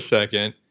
second